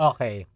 Okay